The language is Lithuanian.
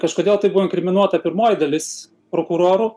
kažkodėl tai buvo inkriminuota pirmoji dalis prokurorų